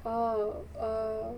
oh err